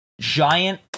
giant